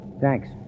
Thanks